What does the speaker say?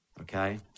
Okay